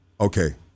Okay